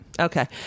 Okay